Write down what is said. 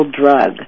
drug